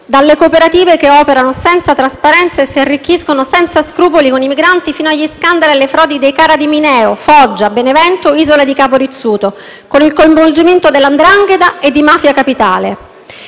dalle cooperative che operano senza trasparenza e si arricchiscono senza scrupolo con i migranti, fino agli scandali e alle frodi dei CARA di Mineo, Foggia, Benevento e isola di Capo Rizzuto, con il coinvolgimento della 'ndrangheta e di mafia Capitale.